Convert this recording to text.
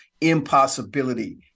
impossibility